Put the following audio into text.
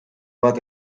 bat